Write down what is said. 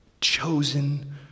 Chosen